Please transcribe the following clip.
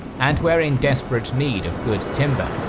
and were in desperate need of good timber.